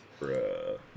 Bruh